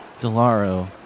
Delaro